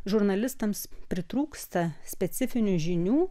žurnalistams pritrūksta specifinių žinių